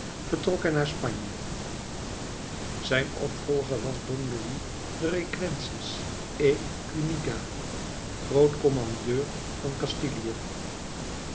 vertrok hij naar spanje zijn opvolger was don louis de requesens y çuniga groot kommandeur van